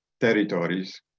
territories